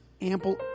ample